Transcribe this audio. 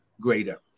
greater